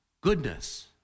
goodness